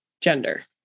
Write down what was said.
gender